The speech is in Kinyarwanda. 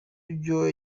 byo